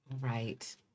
right